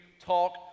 talk